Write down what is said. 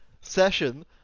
session